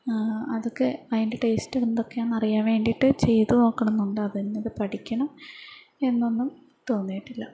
അതൊക്കെ അതിൻ്റെ ടേസ്റ്റ് എന്തൊക്കെയാണെന്ന് അറിയാൻ വേണ്ടിയിട്ട് ചെയ്തു നോക്കണം എന്നുണ്ട് അതിൽനിന്ന് ഇത് പഠിക്കണം എന്നൊന്നും തോന്നിയിട്ടില്ല